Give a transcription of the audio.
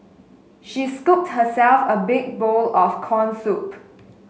she scooped herself a big bowl of corn soup